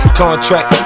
Contract